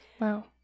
Wow